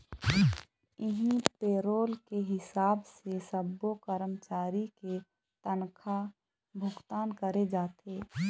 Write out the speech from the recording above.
इहीं पेरोल के हिसाब से सब्बो करमचारी के तनखा भुगतान करे जाथे